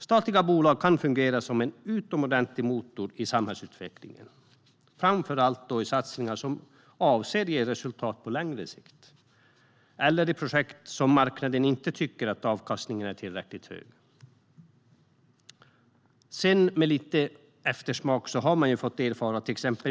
Statliga bolag kan fungera som en utomordentlig motor i samhällsutvecklingen, framför allt vid satsningar som avser att ge resultat på längre sikt eller i projekt där marknaden inte tycker att avkastningen är tillräckligt hög. Sedan har man med lite bitter eftersmak fått erfara detta.